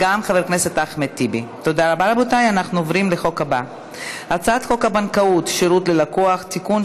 אני קובעת כי הצעת חוק הבטחת הכנסה (תיקון,